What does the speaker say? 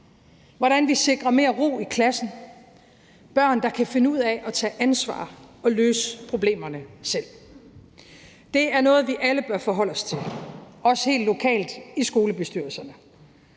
hvordan vi sikrer mere ro i klassen, og at vi har børn, der kan finde ud af at tage ansvar og løse problemerne selv. Det er noget, vi alle bør forholde os til, også helt lokalt i skolebestyrelserne